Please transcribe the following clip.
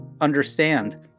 understand